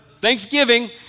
Thanksgiving